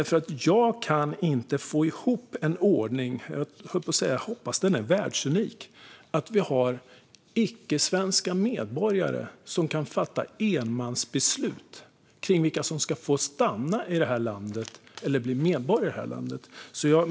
För jag kan inte få ihop denna ordning, som jag hoppas är världsunik, där vi har icke-svenska medborgare som kan fatta enmansbeslut kring vilka som ska få stanna eller bli medborgare i detta land.